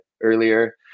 earlier